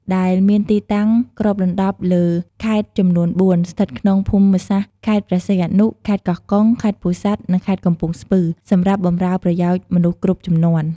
ដែលមានទីតាំងគ្របដណ្តប់លើខេត្តចំនួន ៤ ស្ថិតក្នុងភូមិសាស្ត្រខេត្តព្រះសីហនុ ខេត្តកោះកុង ខេត្តពោធិ៍សាត់ និងខេត្តកំពង់ស្ពឺ សម្រាប់បម្រើប្រយោជន៍មនុស្សគ្រប់ជំនាន់។